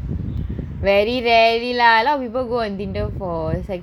very very lah a lot of people go and want for sex only